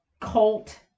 cult